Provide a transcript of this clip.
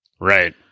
right